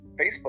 Facebook